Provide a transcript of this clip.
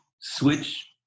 switch